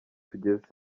tugeze